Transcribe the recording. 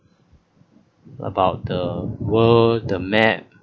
about the world the map